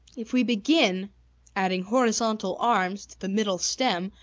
if we begin adding horizontal arms to the middle stem,